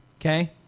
okay